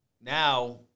now